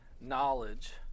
knowledge